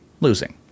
losing